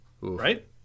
Right